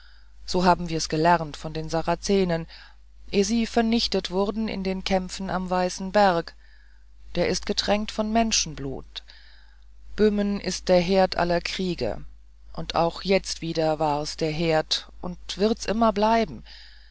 so haben wir's gelernt von den sarazenen eh sie vernichtet wurden in den kämpfen am weißen berg der ist getränkt von menschenblut böhmen ist der herd aller kriege auch jetzt wieder war's der herd und wird's immer bleiben